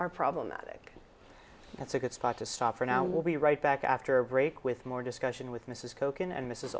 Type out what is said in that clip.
are problematic that's a good spot to stop for now we'll be right back after a break with more discussion with mrs koch and this is